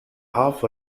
half